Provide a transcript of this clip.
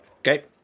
Okay